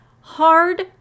hard